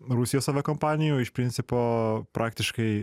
rusijos aviakompanijų iš principo praktiškai